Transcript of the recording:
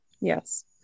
yes